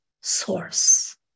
source